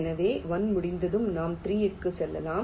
எனவே 1 முடிந்ததும் நாம் 3 க்கு செல்லலாம்